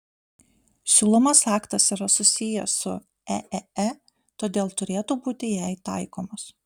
siūlomas aktas yra susijęs su eee todėl turėtų būti jai taikomas